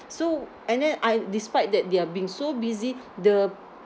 so and then I despite that they are being so busy the